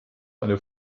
eine